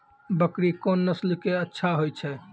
बकरी कोन नस्ल के अच्छा होय छै?